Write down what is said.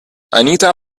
anita